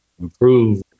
improve